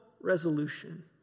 resolution